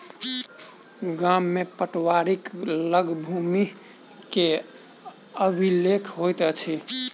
गाम में पटवारीक लग भूमि के अभिलेख होइत अछि